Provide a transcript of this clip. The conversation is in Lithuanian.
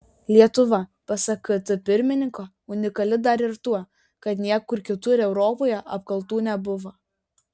lietuva pasak kt pirmininko unikali dar ir tuo kad niekur kitur europoje apkaltų nebuvo